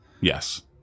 Yes